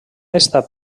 estat